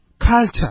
culture